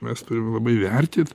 mes turim labai vertint